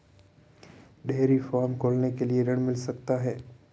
Dairy farm खोलने के लिए ऋण मिल सकता है?